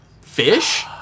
Fish